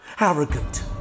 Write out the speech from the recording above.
arrogant